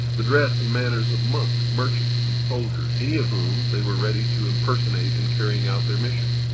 the dress and manners of monks, merchants and soldiers, any of whom they were ready to impersonate in carrying out their missions.